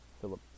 Philip